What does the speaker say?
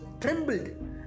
trembled